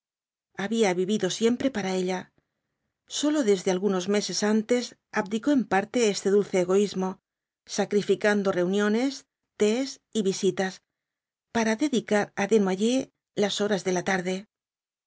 había tivido siempre para ella sólo desde algunos meses antes abdicó en parte este dulce egoísmo sacrificando reuniones tés y visitas para dedicar á desnoyers las horas de la tarde